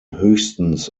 höchstens